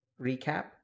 recap